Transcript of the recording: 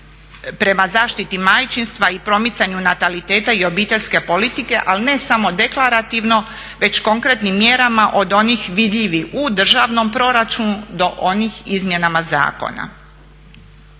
prema zaštiti majčinstva i promicanju nataliteta i obiteljske politike, ali ne samo deklarativno već konkretnim mjerama od onih vidljivih u državnom proračunu do onih izmjenama zakona.